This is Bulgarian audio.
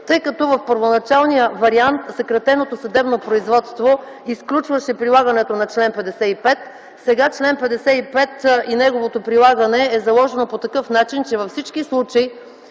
тъй като в първоначалния вариант съкратеното съдебно производство изключваше прилагането на чл. 55. Сега чл. 55 и неговото прилагане е заложено по такъв начин, че във всички случаи,